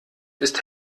ist